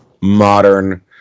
modern